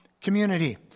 community